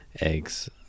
eggs